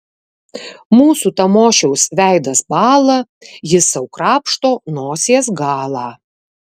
mūsų tamošiaus veidas bąla jis sau krapšto nosies galą